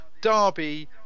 Derby